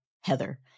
Heather